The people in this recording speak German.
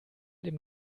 dem